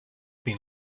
been